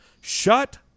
shut